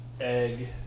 egg